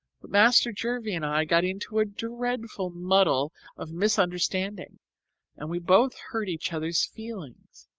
but master jervie and i got into a dreadful muddle of misunderstanding and we both hurt each other's feelings.